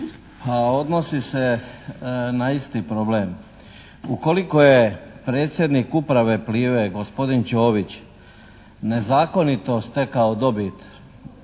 A odnosi se na isti problem. Ukoliko je predsjednik uprave Plive gospodin Čović nezakonito stekao dobit